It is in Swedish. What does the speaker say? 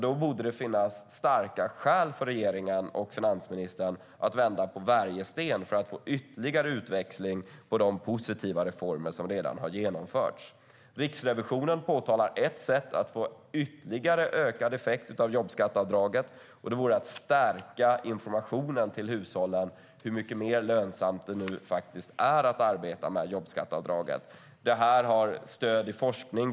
Nu borde det alltså finnas starka skäl för regeringen och finansministern att vända på varje sten för att få ytterligare utväxling på de positiva reformer som redan har genomförts. Riksrevisionen påtalar ett sätt att få ytterligare ökad effekt av jobbskatteavdraget: att stärka informationen till hushållen om hur mycket mer lönsamt det är att arbeta med jobbskatteavdraget. Det här har stöd i forskning.